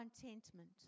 contentment